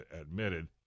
admitted